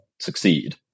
succeed